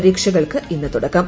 പരീക്ഷകൾക്ക് ഇന്ന് തുടക്കം